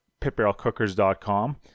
pitbarrelcookers.com